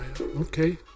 okay